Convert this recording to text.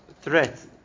threat